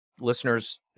listeners